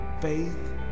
faith